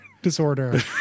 Disorder